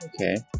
Okay